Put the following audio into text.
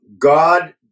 God